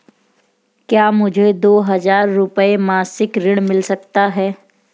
क्या मुझे दो हज़ार रुपये मासिक ऋण मिल सकता है?